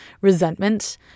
resentment